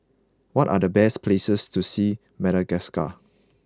what are the best places to see Madagascar